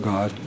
God